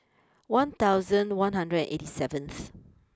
one thousand one hundred and eighty seventh